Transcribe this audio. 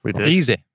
Easy